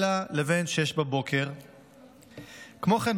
22:00 ובין 06:00. כמו כן,